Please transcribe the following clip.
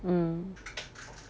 mm